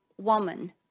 woman